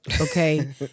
okay